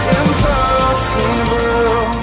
impossible